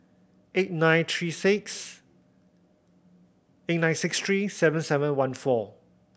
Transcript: eight nine three six eight nine six three seven seven one four